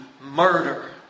murder